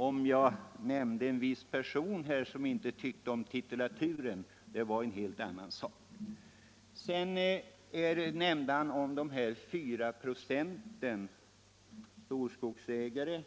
Om en viss person här som jag nämnde inte tyckte om titulaturen så är det en helt annan sak. Herr Nilsson talade sedan om de 4 96, tror jag att det var, stora skogsägare